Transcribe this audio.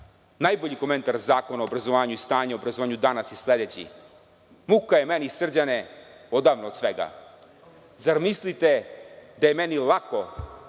Najbolji komentar Zakona o obrazovanju i o stanju u obrazovanju danas je sledeći – muka je meni Srđane odavno od svega, zar mislite da je meni lako